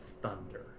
thunder